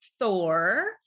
Thor